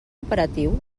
operatiu